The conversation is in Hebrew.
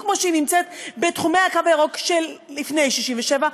כמו שהיא נמצאת בתחומי הקו הירוק שלפני 1967,